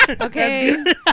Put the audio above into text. Okay